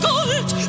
Gold